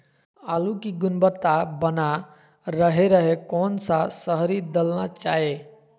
आलू की गुनबता बना रहे रहे कौन सा शहरी दलना चाये?